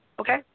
okay